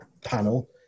panel